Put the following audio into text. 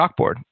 chalkboard